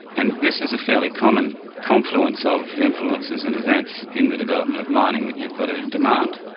and this is a fairly common confluence of the influences and events in the development of mining that you've got a demand,